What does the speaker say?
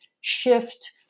shift